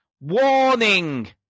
WARNING